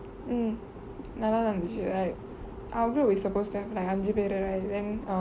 mm நல்லாதா இருந்துச்சி:nallathaa irunthuchii like our group is supposed to have like ஐஞ்சு பேரூ:ainzhu peru right then um